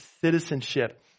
citizenship